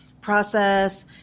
process